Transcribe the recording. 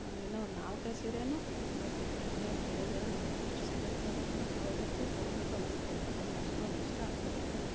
ಏನೋ ಒಂದು ನಾಲ್ಕೈದು ಸೀರೆನೂ ಬೇಕಿದೆ ಮನೆಯಲ್ ಬೇಜಾನಿದೆ ಎಷ್ಟು ಸೀರೆಗ್ಳು ತಗೊಂಡ್ರೆನು ತಗೊಬೇಕು ತಗೊಬೇಕು ಅನಿಸ್ತಾಯಿದೆ ಅದೊಂದು ಅಷ್ಟೊಂದು ಇಷ್ಟ ಆಗ್ತಾಯಿದೆ